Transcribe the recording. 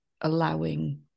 allowing